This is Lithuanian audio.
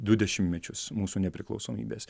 du dešimtmečius mūsų nepriklausomybės